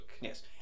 Yes